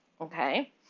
okay